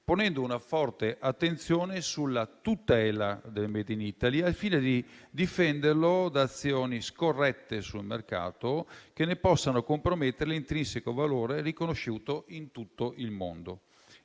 ponendo una forte attenzione sulla tutela del *made in Italy*, al fine di difenderlo da azioni scorrette sul mercato che ne possano compromettere l'intrinseco valore riconosciuto in tutto il mondo.